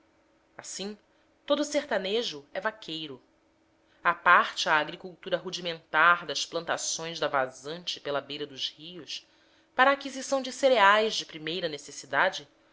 assim todo sertanejo é vaqueiro à parte a agricultura rudimentar das plantações da vazante pela beira dos rios para a aquisição de cereais de primeira necessidade